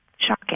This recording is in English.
Shocking